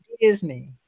Disney